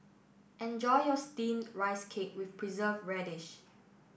enjoy your Steamed Rice Cake with Preserved Radish